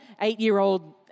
eight-year-old